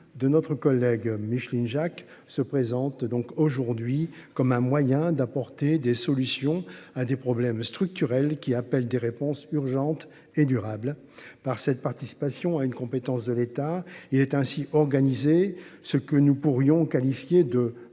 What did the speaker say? de notre collègue Micheline Jacques se présente donc aujourd'hui comme un moyen d'apporter des solutions à des problèmes structurels qui appelle des réponses urgentes et durable par cette participation à une compétence de l'État. Il est ainsi organisé ce que nous pourrions qualifier de